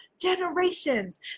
generations